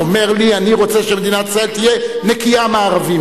אומר לי: אני רוצה שמדינת ישראל תהיה נקייה מערבים?